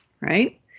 right